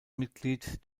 mitglied